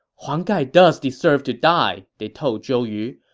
huang gai does deserve to die, they told zhou yu.